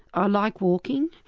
i like walking,